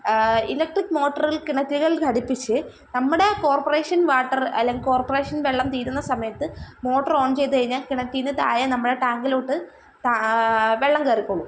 electric മോട്ടറുകൾ കിണറ്റുകൾ ഘടിപ്പിച്ച് നമ്മുടെ കോർപറേഷൻ വാട്ടർ അല്ലെ കോർപറേഷൻ വെള്ളം തീരുന്ന സമയത്ത് മോട്ടർ ഓൺ ചെയ്തു കഴിഞ്ഞാൽ കിണറ്റിൽ നിന്ന് താഴെ നമ്മുടെ ടാങ്കിലോട്ട് ടാ വെള്ളം കയറിക്കോളും